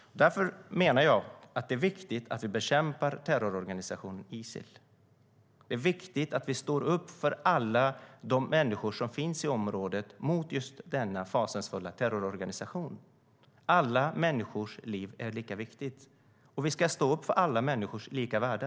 Därför menar jag att det är viktigt att vi bekämpar terrororganisationen Isil. Det är viktigt att vi står upp för alla de människor som finns i området mot denna fasansfulla terrororganisation. Alla människors liv är lika viktiga, och vi ska stå upp för alla människors lika värde.